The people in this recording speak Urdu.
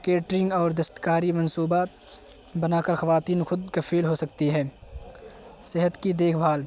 کیٹرنگ اور دستکاری منصوبات بنا کر خواتین خود کفیل ہو سکتی ہے صحت کی دیکھ بھال